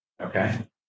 Okay